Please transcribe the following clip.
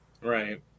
Right